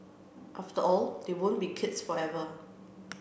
after all they won't be kids forever